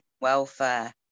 welfare